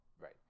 Right